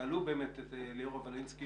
תעלו באמת את ליאורה ולינסקי,